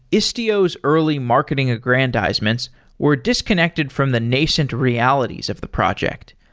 istio's early marketing aggrandizements were disconnected from the nascent realities of the project.